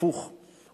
הפוך,